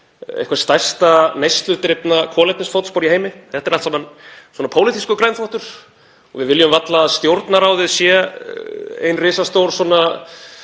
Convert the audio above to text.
eitthvert stærsta neysludrifna kolefnisfótspor í heimi? Þetta er allt saman svona pólitískur grænþvottur og við viljum varla að Stjórnarráðið sé ein risastór, hvað